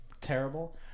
Terrible